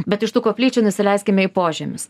bet iš tų koplyčių nusileiskime į požemius